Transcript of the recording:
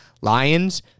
lions